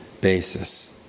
basis